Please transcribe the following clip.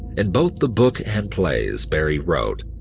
in both the book and plays barrie wrote,